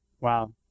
Wow